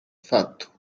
fatto